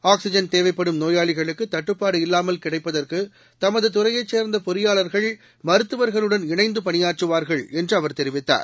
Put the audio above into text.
oxygen தேவைப்படும் நோயாளிகளுக்குதட்டுப்பாடு இல்லாமல் கிடைப்பதற்குதமதுதுறையைச் சேர்ந்தபொறியாளர்கள் மருத்துவர்களுடன் இணைந்துபணியாற்றுவார்கள் என்றுஅவர் தெரிவித்தார்